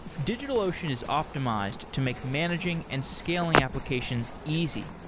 digitalocean is optimized to make managing and scaling applications easy,